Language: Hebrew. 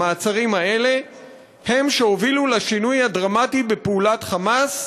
המעצרים האלה הם שהובילו לשינוי הדרמטי בפעולת "חמאס"